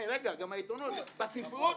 בספרות.